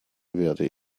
werde